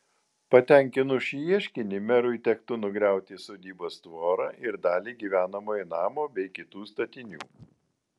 patenkinus šį ieškinį merui tektų nugriauti sodybos tvorą ir dalį gyvenamojo namo bei kitų statinių